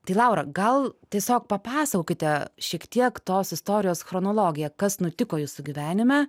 tai laura gal tiesiog papasakokite šiek tiek tos istorijos chronologiją kas nutiko jūsų gyvenime